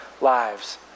lives